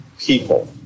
people